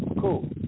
Cool